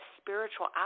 spiritual